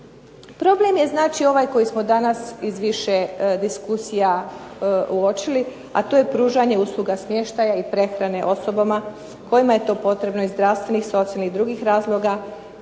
Problem je znači ovaj koji smo danas iz više diskusija uočili a to je pružanje usluga smještaja i prehrane osobama kojima je to potrebno iz zdravstvenih, socijalnih i drugih razloga